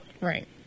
Right